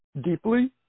deeply